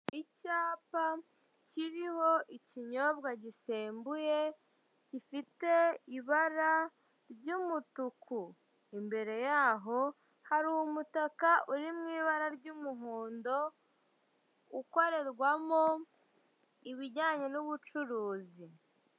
Icyapa kiriho ikinyobwa gisembuye gifite ibara ry'umutuku, imbere yaho hari umutaka uri mu ibara ry'umuhondo ukorerwamo ibijyanye n'ubucuruzi.